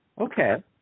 Okay